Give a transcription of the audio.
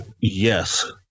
Yes